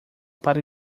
pare